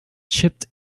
chipped